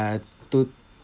I took